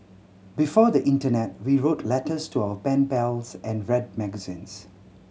before the internet we wrote letters to our pen pals and read magazines